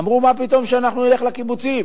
אמרו: מה פתאום שאנחנו נלך לקיבוצים?